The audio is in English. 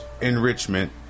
enrichment